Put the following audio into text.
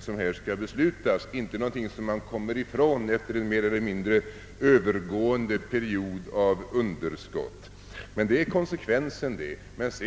som här skall beslutas, inte någonting som man kommer ifrån efter en övergående period av underskott. Men det är konsekvensen, det!